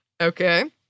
Okay